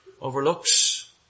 overlooks